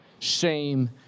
shame